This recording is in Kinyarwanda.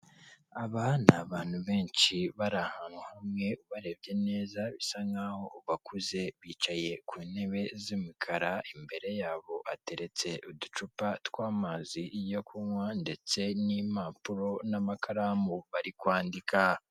Aba ni abantu benshi bari ahantu hamwe, ubarebye neza bisa nk'aho bakuze, bicaye ku ntebe z'umukara, imbere yabo hateretse uducupa tw'amazi yo kunywa ndetse n'impapuro n'amakaramu bari kwandika.